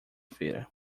feira